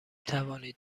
توانید